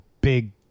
big